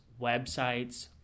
websites